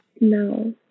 no